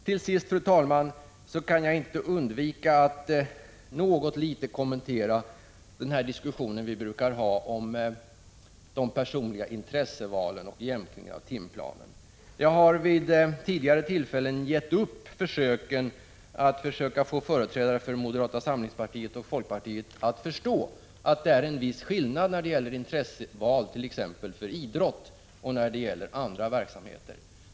Till sist, fru talman, kan jag inte undvika att något litet kommentera den diskussion vi brukar ha om de personliga intressevalen och jämkningen av timplanerna. Jag har vid tidigare tillfällen gett upp försöken att få företrädare för moderata samlingspartiet och folkpartiet att förstå att det är viss skillnad när det gäller intresseval för t.ex. idrott och när det gäller andra verksamheter.